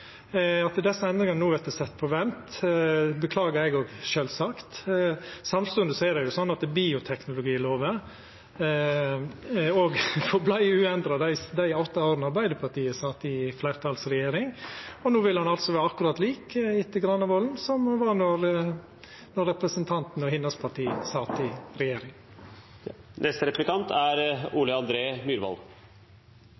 At desse endringane no vert sette på vent, beklagar sjølvsagt eg òg. Samstundes er det jo sånn at bioteknologilova var uendra òg gjennom dei åtte åra Arbeidarpartiet sat i fleirtalsregjering. No vil ein ha det akkurat slik på Granavolden som det var då representanten og hennar parti sat i regjering. Tross flertallsregjering er